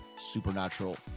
supernatural